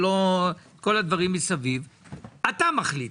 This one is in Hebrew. אתה מחליט.